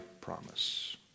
promise